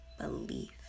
belief